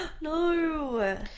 No